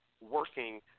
working